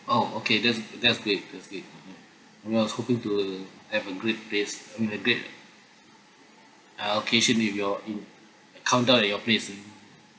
oh okay that's that's great that's great mmhmm I was hoping to a have a great place I mean a great uh occasion at your in countdown at your place mm